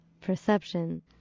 perception